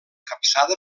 capçada